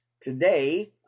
today